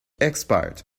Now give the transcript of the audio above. expired